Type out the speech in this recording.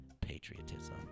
patriotism